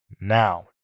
now